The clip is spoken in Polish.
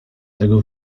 tego